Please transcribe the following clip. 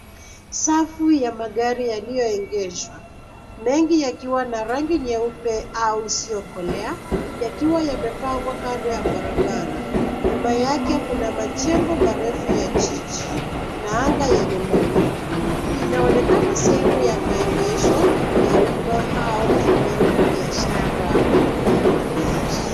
Safu ya magari yaliyoegeshwa, mengi yakiwa na rangi nyeupe au isiyokolea yakiwa yamepangwa kando ya barabara. Nyuma yake kuna majengo marefu ya jiji na anga yenye mawingu. Inaonekana sehemu ya maegesho ya umma au eneo la biashara ya magari.